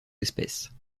espèces